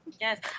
Yes